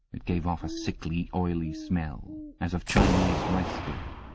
it gave off a sickly, oily smell, as of chinese rice-spirit.